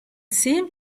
seemed